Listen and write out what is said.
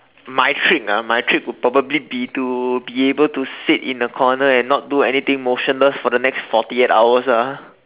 my trick ah my trick would probably be to be able to sit in a corner and not do anything motionless for the next forty eight hours ah